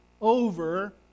over